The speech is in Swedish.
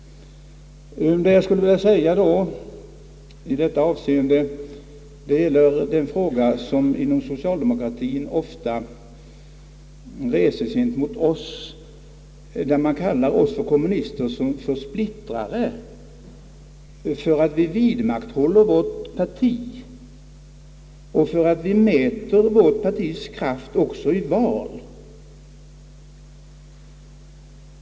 Vad jag skulle vilja säga i detta av seende gäller det förhållandet att socialdemokrater ofta kallar oss kommunister för splittrare därför att vi vidmakthåller vårt parti och mäter vårt partis kraft också i val.